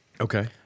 Okay